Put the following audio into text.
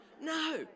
No